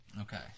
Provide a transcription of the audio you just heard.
okay